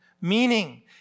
meaning